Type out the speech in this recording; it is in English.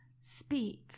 speak